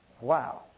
Wow